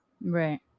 Right